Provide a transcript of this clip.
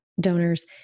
donors